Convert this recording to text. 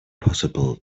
possible